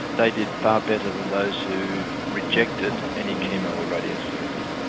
they did far better than those who rejected any chemo or radiotherapy.